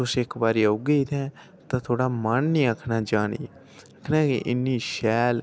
के तुस इक बारी औगे इत्थै ते थोहड़ा मन नेईं आखना जाने गी इन्नी शैल